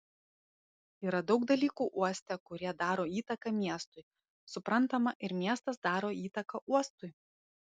yra daug dalykų uoste kurie daro įtaką miestui suprantama ir miestas daro įtaką uostui